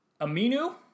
Aminu